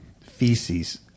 feces